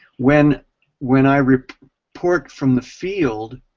when when i report from the field